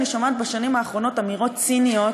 אני שומעת בשנים האחרונות אמירות ציניות,